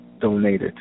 donated